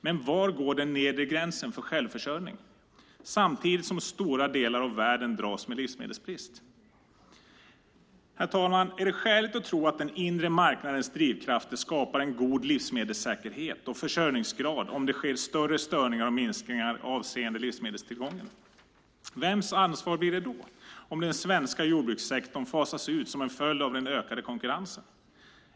Men var går den nedre gränsen för självförsörjning, samtidigt som stora delar av världen dras med livsmedelsbrist? Herr talman! Är det skäligt att tro att den inre marknadens drivkrafter skapar en god livsmedelssäkerhet och försörjningsgrad om det sker större störningar och minskningar avseende livsmedelstillgången? Vems ansvar blir det om den svenska jordbrukssektorn fasas ut som en följd av den ökade konkurrensen?